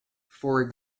for